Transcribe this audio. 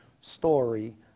story